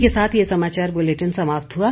इसी के साथ ये समाचार बुलेटिन समाप्त हुआ